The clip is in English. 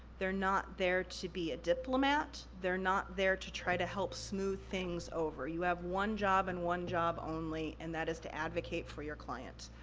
they're not there to be a diplomat, they're not there to try to help smooth things over. you have one job and one job only, and that is to advocate for your client,